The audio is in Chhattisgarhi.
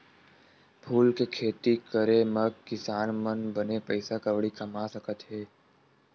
फूल के खेती करे मा किसान मन बने पइसा कउड़ी कमा सकत हे